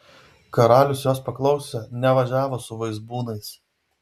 karalius jos paklausė nevažiavo su vaizbūnais